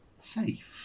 safe